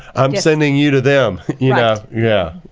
i'm sending you to them, yeah yeah